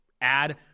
add